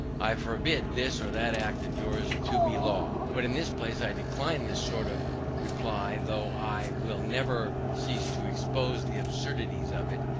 i forbid this or that act of yours to be law. but in this place i decline this sort of reply, though i will never cease to expose the absurdity of it,